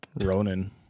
Ronan